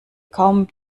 kaum